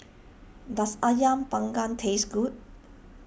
does Ayam Panggang taste good